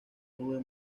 nube